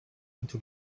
into